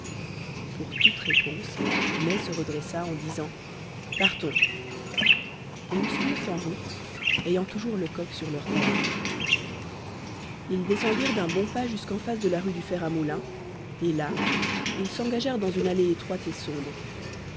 pour toute réponse mai se redressa en disant partons et ils se mirent en route ayant toujours lecoq sur leurs talons ils descendirent d'un bon pas jusqu'en face de la rue du fer à moulin et là ils s'engagèrent dans une allée étroite et sombre